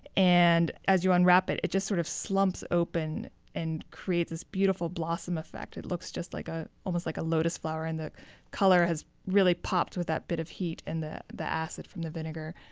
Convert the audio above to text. and as you unwrap it, it just sort of slumps open and creates this beautiful blossom effect. it looks like ah almost like a lotus flower, and the color has really popped with that bit of heat and the the acid from the vinegar.